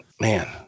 man